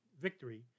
victory